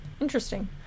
Interesting